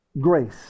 grace